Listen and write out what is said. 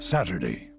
Saturday